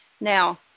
now